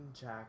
Jack